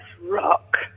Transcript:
rock